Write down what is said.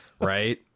Right